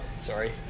sorry